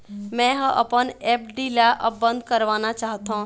मै ह अपन एफ.डी ला अब बंद करवाना चाहथों